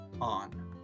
On